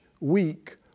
week